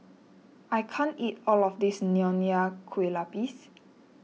I can't eat all of this Nonya Kueh Lapis